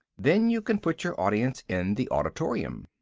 then you can put your audience in the auditorium.